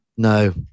No